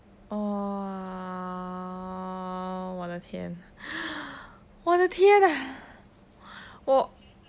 !wah! 我的天我的天啊我